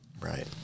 right